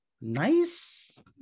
nice